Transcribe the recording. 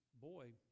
boy